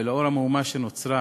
ולנוכח המהומה שנוצרה